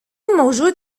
موجود